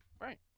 Right